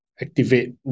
activate